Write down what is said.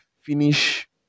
finish